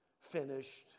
finished